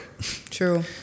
True